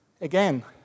Again